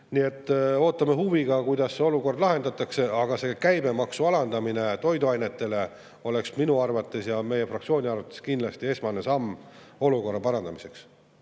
Nii et ootame huviga, kuidas see olukord lahendatakse. Aga toiduainete käibemaksu alandamine oleks minu arvates ja meie fraktsiooni arvates kindlasti esmane samm olukorra parandamiseks.